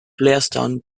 blairstown